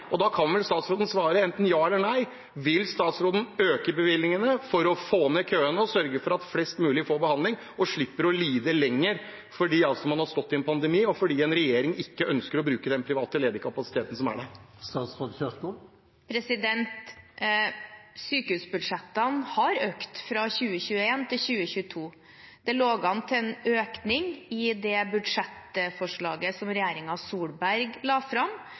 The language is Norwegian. Da kan vel statsråden svare enten ja eller nei: Vil statsråden øke bevilgningene for å få ned køene, sørge for at flest mulig får behandling og slipper å lide lenger fordi man har stått i en pandemi, og fordi regjeringen ikke ønsker å bruke den private, ledige kapasiteten som er der? Sykehusbudsjettene har økt fra 2021 til 2022. Det lå an til en økning i det budsjettforslaget som regjeringen Solberg la fram.